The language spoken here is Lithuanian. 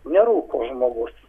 nerūko žmogus